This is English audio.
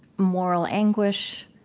moral anguish.